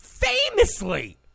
famously